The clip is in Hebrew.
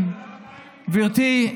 גברתי,